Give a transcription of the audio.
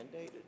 mandated